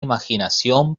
imaginación